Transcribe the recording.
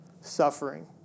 suffering